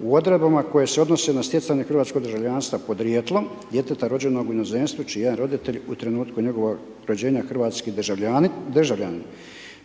u odredbama koje se odnose na stjecanje hrvatskog državljanstva podrijetlom djeteta rođenog u inozemstvu čiji jedan roditelj u trenutku njegovog rođenja je hrvatski državljanin.